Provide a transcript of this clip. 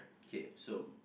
K so